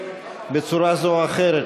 בצורה זו אחרת,